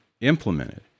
implemented